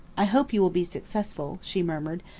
i hope you will be successful, she murmured,